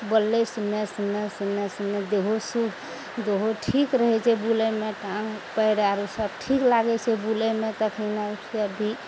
बोललइ सुनने सुनने सुनने सुनने देहो देहो ठीक रहय छै बुलयमे टाङ्ग पयर आर उ सब ठीक लागय छै बुलयमे तखने अभी